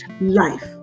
life